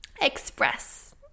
express